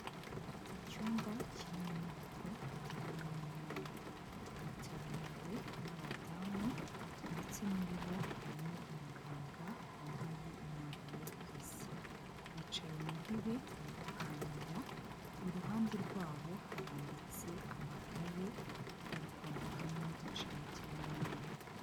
KIcyumba kiri mu nyubako yabereyemo inama yitabiriwe n'abadamu ndetse muri bo harimo umuganga wambaye imyambaro y'akazi, bicaye mu ntebe bari kuganira, iruhande rwabo harambitse amakaye bari kwandikamo inshamake y'inama.